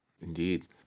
Indeed